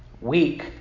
weak